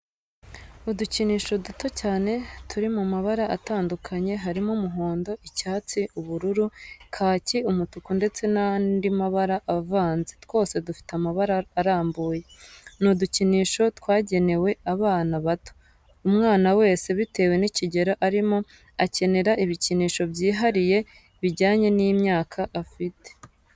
Udukinisho duto cyane turi mu mabara atandukanye harimo umuhondo, icyatsi, ubururu kaki umutuku ndetse n'andimabara avanze, twose dufite amababa arambuye.,ni udukinisho twagenewe abana bato. Umwana wese bitewe n'ikigero arimo akenera ibikinsho byihariye bijyanye n'imyaka afite.